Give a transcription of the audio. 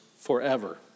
forever